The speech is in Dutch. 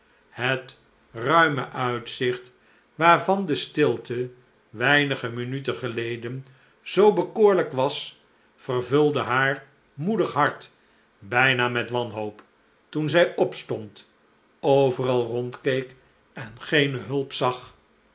het ruime uitzicht waar van de stilte weinige minuten geleden zoo bekoorlijk was vervulde haar moedig hart bijna met wanhoop toen zij opstond overal rondkeek en geene hulp zag